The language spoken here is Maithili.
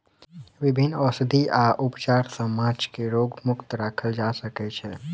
विभिन्न औषधि आ उपचार सॅ माँछ के रोग मुक्त राखल जा सकै छै